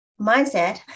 mindset